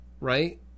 right